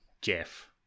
Jeff